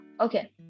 okay